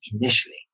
initially